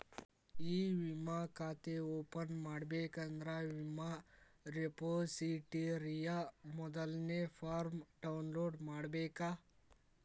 E ವಿಮಾ ಖಾತೆ open ಮಾಡಬೇಕಂದ್ರ ವಿಮಾ ರೆಪೊಸಿಟರಿಯ ಮೊದಲ್ನೇ ಫಾರ್ಮ್ನ ಡೌನ್ಲೋಡ್ ಮಾಡ್ಬೇಕ